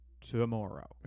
tomorrow